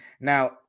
Now